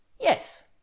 Yes